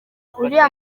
uriya